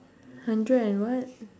hundred and what